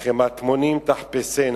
וכמטמונים תחפשנה.